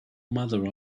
mother